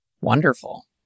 Wonderful